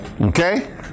Okay